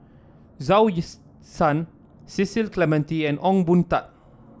Zhou Ye Cecil Clementi and Ong Boon Tat